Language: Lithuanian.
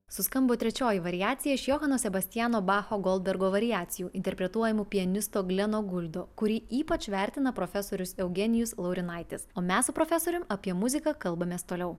suskambo trečioji variacija iš johano sebastiano bacho goldbergo variacijų interpretuojamų pianisto gleno guldo kurį ypač vertina profesorius eugenijus laurinaitis o mes su profesorium apie muziką kalbamės toliau